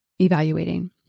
evaluating